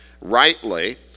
rightly